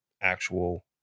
actual